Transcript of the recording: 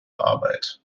arbeit